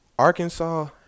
Arkansas